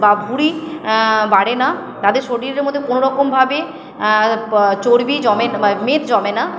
বা ভুঁড়ি বাড়ে না তাদের শরীরের মধ্যে কোনো রকমভাবে চর্বি জমেত মেদ জমে না